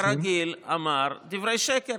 כרגיל, אמר דברי שקר.